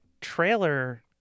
trailer